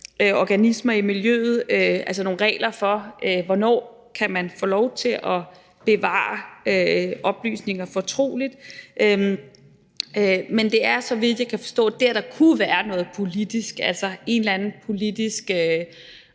organismer i miljøet, altså nogle regler for, hvornår man kan få lov til at bevare oplysninger fortroligt. Det er, så vidt jeg kan forstå, der, der kunne være noget politisk, altså en eller anden politisk